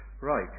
right